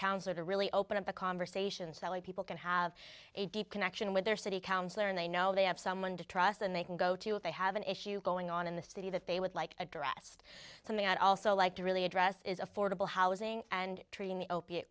counselor to really open up the conversations that people can have a deep connection with their city councilor and they know they have someone to trust and they can go to if they have an issue going on in the city that they would like addressed something i'd also like to really address is affordable housing and treating the opiate